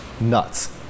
nuts